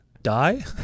die